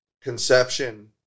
conception